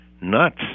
nuts